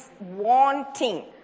wanting